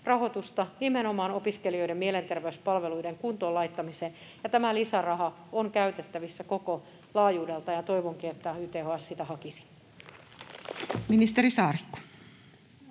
rahoitusta nimenomaan opiskelijoiden mielenterveyspalveluiden kuntoon laittamiseen. Tämä lisäraha on käytettävissä koko laajuudelta, ja toivonkin, että YTHS sitä hakisi.